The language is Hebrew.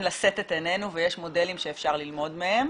לשאת את עינינו ויש מודלים שאפשר ללמוד מהם,